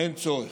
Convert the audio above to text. אין צורך.